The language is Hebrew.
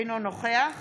אינו נוכח